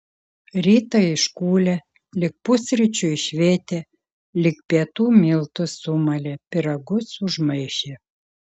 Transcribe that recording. rytą iškūlė lig pusryčių išvėtė lig pietų miltus sumalė pyragus užmaišė